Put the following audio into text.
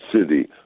city